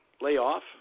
layoff